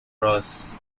ross